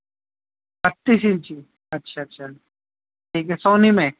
بتیس انچی اچھا اچھا ٹھیک ہے سونی میں